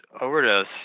overdose